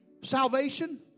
salvation